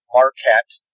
Marquette